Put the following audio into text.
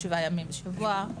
7 ימים בשבוע.